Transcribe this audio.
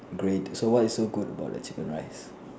great okay so what is so good about the chicken rice